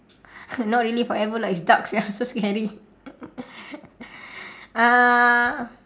not really forever lah it's dark sia so scary uh